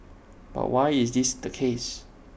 but why is this the case